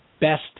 Best